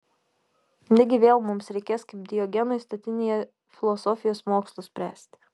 negi vėl mums reikės kaip diogenui statinėje filosofijos mokslus spręsti